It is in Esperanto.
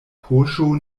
poŝo